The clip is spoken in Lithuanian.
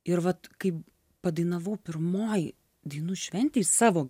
ir vat kai padainavau pirmoj dainų šventėj savo